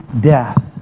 death